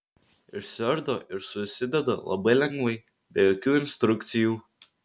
išsiardo ir susideda labai lengvai be jokių instrukcijų